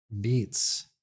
beats